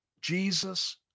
Jesus